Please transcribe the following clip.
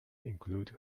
include